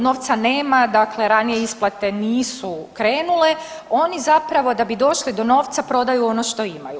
Novca nema, dakle ranije isplate nisu krenule, oni zapravo da bi došli do novca prodaju ono što imaju.